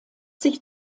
sich